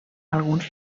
alguns